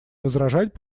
возражать